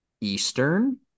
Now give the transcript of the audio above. Eastern